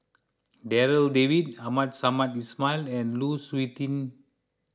Darryl David Abdul Samad Ismail and Lu Suitin